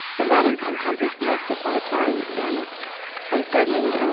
and that has encompassed most of our time. and i certainly